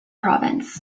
province